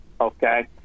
Okay